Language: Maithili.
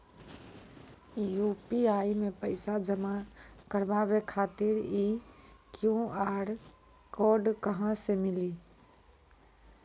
यु.पी.आई मे पैसा जमा कारवावे खातिर ई क्यू.आर कोड कहां से मिली?